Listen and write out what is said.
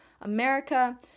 America